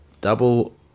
Double